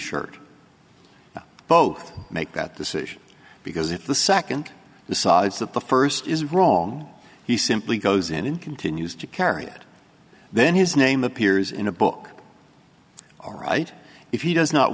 shirt both make that decision because if the second the size that the first is wrong he simply goes in and continues to carry it then his name appears in a book all right if he does not